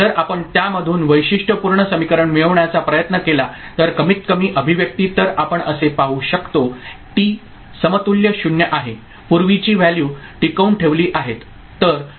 जर आपण त्यामधून वैशिष्ट्यपूर्ण समीकरण मिळविण्याचा प्रयत्न केला तर कमीतकमी अभिव्यक्ती तर आपण असे पाहू शकतो टी समतुल्य 0 आहे पूर्वीची व्हॅल्यू टिकवून ठेवली आहेत